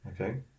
Okay